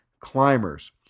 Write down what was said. climbers